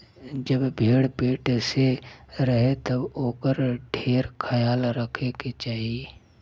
जब भेड़ पेट से रहे तब ओकर ढेर ख्याल रखे के चाही